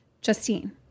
Justine